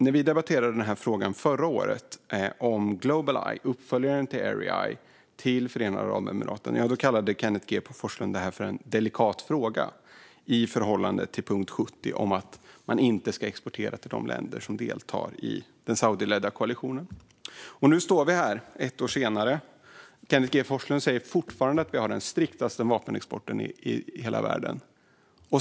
När vi debatterade den frågan förra året kallade Kenneth G Forslund det för en "delikat fråga" i förhållande till punkt 70 om att man inte ska exportera till de länder som deltar i den saudiskledda koalitionen. Ett år senare står vi nu här. Kenneth G Forslund säger fortfarande att vi har den striktaste vapenexporten i hela världen.